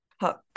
hook